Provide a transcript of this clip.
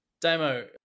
Demo